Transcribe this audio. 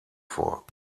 vor